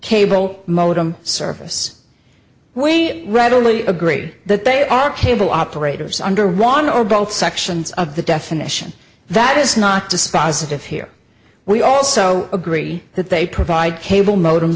cable modem service we readily agree that they are cable operators under one or both sections of the definition that is not dispositive here we also agree that they provide cable modem